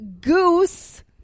Goose